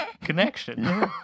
Connection